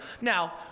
Now